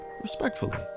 respectfully